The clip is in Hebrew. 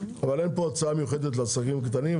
אבל אין פה הוצאה מיוחדת לעסקים קטנים,